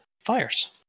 fires